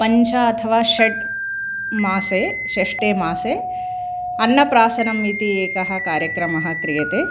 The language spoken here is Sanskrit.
पञ्च अथवा षट् मासे षष्टे मासे अन्नप्राशनम् इति एकः कार्यक्रमः क्रियते